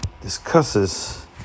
discusses